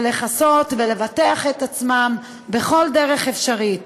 ולכסות ולבטח את עצמם בכל דרך אפשרית.